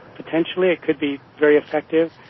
potentially it could be very effective,